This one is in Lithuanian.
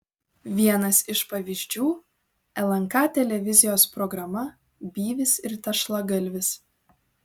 vienas iš pavyzdžių lnk televizijos programa byvis ir tešlagalvis